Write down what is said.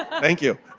thank you.